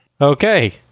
Okay